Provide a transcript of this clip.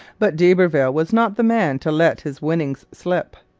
but d'iberville was not the man to let his winnings slip.